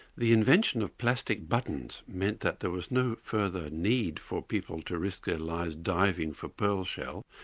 the invention of plastic buttons meant that there was no further need for people to risk their lives diving for pearl shell,